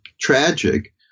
tragic